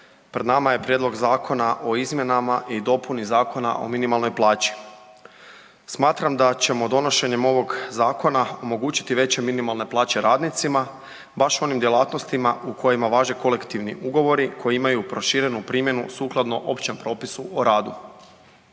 pred nama je Prijedlog Zakona o izmjenama i dopuni Zakona o minimalnoj plaći. Smatram da ćemo donošenjem ovog zakona omogućiti veće minimalne plaće radnicima baš u onim djelatnostima u kojima važe kolektivni ugovori koji imaju proširenu primjenu sukladno općem propisu o radu.